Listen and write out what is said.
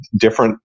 Different